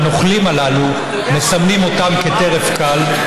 שהנוכלים הללו מסמנים אותם כטרף קל,